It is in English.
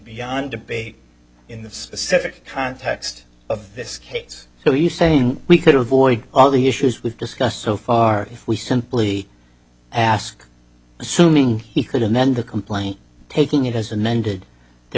beyond debate in the specific context of this case so you saying we could avoid all the issues we've discussed so far if we simply ask assuming he could amend the complaint taking it as amended there